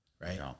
right